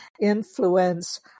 influence